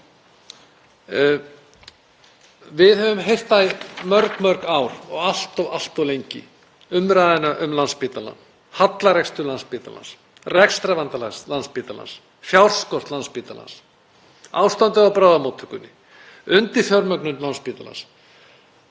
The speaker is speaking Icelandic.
Við höfum heyrt í mörg ár, og allt of lengi, umræðuna um Landspítalann, hallarekstur Landspítalans, rekstrarvanda Landspítalans, fjárskort Landspítalans, ástandið á bráðamóttökunni, undirfjármögnun Landspítalans,